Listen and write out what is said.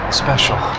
special